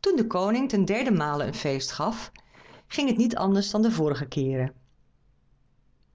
toen de koning ten derden male een feest gaf ging het niet anders dan de vorige keeren